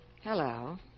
Hello